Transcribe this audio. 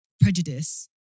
prejudice